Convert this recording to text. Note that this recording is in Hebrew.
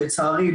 לצערי,